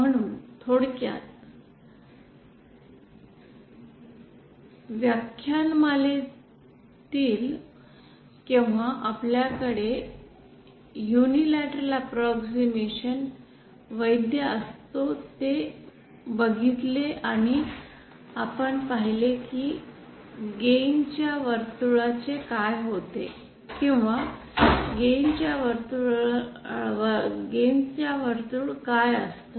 म्हणून थोडक्यात या व्याख्यानमालेत केव्हा आपल्याकडे युनिलॅटरल अँप्रॉक्सिमशन वैध असतो ते बघितले आणि आपण पाहिले की गैण च्या वर्तुळचे काय होते किंवा गैण च्या वर्तुळ काय असत